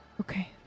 Okay